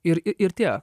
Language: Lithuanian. ir ir tie